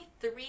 three